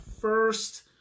first